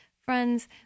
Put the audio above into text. friends